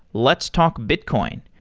let's talk bitcoin.